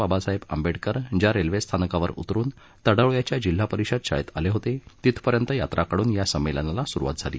बाबासाहेब आंबेडकर ज्या रेल्वे स्थानकावर उतरुन तडवळ्याच्या जिल्हा परिषद शाळेत आले होते तिथपर्यंत यात्रा काढून या संमेलनाला सुरुवात झाली